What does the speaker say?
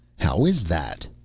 how is that?